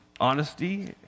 honesty